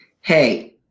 Hey